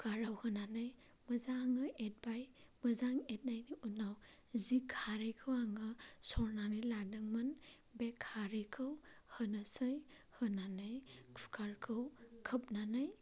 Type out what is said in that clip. कुकाराव होनानै मोजाङै एरबाय मोजाङै एरनायनि उनाव जि खारैखौ आङो सरनानै लादोंमोन बे खारैखौ होनोसै होनानै कुकारखौ खोबनानै